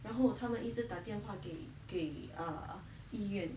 然后他们一直打电给给 ah 医院